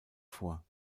vor